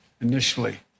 initially